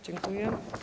Dziękuję.